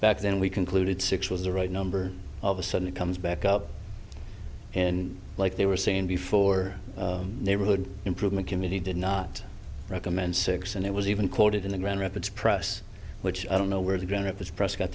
back then we concluded six was the right number of a sudden it comes back up and like they were saying before neighborhood improvement committee did not recommend six and it was even quoted in the grand rapids press which i don't know where the ground at this press got